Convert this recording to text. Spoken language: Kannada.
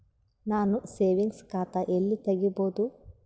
ನಾನು ಸೇವಿಂಗ್ಸ್ ಖಾತಾ ಎಲ್ಲಿ ತಗಿಬೋದು?